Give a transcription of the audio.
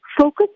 Focus